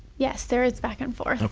yes, there is back and forth.